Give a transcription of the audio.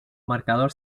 marcador